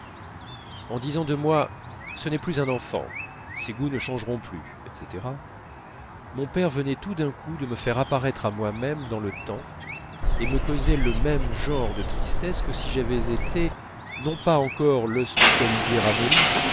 en disant de moi ce n'est plus un enfant ses goûts ne changeront plus etc mon père venait tout d'un coup de me faire apparaître à moi-même dans le temps et me causait le même genre de tristesse que si j'avais été non pas encore l'hospitalisé ramolli